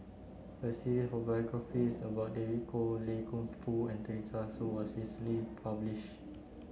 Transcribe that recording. a series of biographies about David Kwo Loy Keng Foo and Teresa Hsu was recently publish